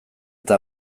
eta